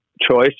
choice